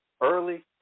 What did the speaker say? Early